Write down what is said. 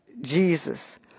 Jesus